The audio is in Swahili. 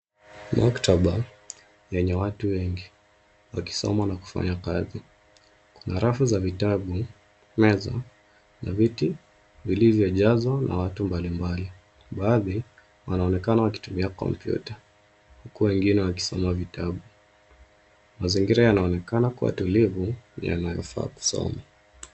Maktaba lenye watu wengi, wakisoma na kufanya kazi. Kuna rafu za vitabu ,meza na viti vilivyojazwa na watu mbalimbali, baadhi wanaonekana wakitumia kompyuta huku wengine wakisoma vitabu. Mazingira yanaonekana kuwa tulivu na yanayofaa kusoma.